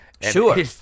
Sure